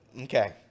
Okay